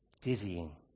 dizzying